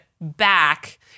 back